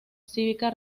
cívica